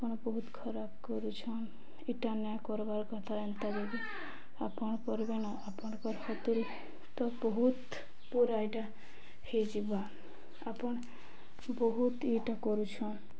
ଆପଣ ବହୁତ ଖରାପ କରୁଛନ୍ ଇଟା ନାଏଁ କରବାର୍ କଥା ଏନ୍ତା ଯଦି ଆପଣ କରିବେନ ଆପଣଙ୍କର ହେତିଲ ତ ବହୁତ ପୁରା ଏଇଟା ହେଇଯିବା ଆପଣ ବହୁତ ଇଟା କରୁଛନ୍